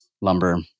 lumber